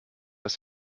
was